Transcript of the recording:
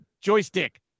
joystick